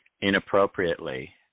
inappropriately